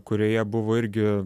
kurioje buvo irgi